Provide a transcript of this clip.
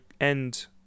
end